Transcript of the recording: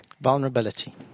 Vulnerability